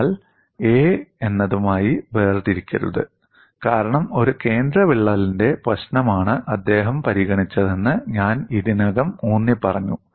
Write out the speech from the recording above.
എന്നാൽ 'a' എന്നതുമായി വേർതിരിക്കരുത് കാരണം ഒരു കേന്ദ്ര വിള്ളലിന്റെ പ്രശ്നമാണ് അദ്ദേഹം പരിഗണിച്ചതെന്ന് ഞാൻ ഇതിനകം ഊന്നിപ്പറഞ്ഞു